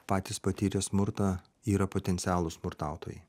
patys patyrė smurtą yra potencialūs smurtautojai